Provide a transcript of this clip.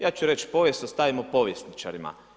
Ja ću reći povijest ostavimo povjesničarima.